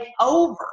over